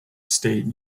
state